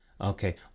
Okay